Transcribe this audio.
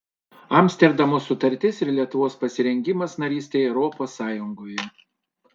amsterdamo sutartis ir lietuvos pasirengimas narystei europos sąjungoje